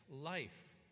life